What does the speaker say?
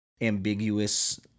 ambiguous